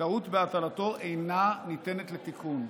טעות בהטלתו אינה ניתנת לתיקון.